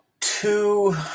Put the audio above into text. two